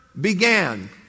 began